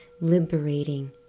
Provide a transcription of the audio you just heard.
liberating